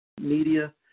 media